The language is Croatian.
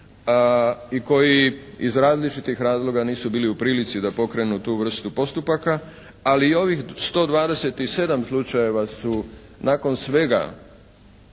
i koji iz različitih razloga nisu bili u prilici da pokrenu tu vrstu postupaka, ali i ovih 127 slučajeva su nakon svega,